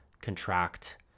contract